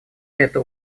это